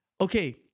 okay